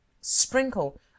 Sprinkle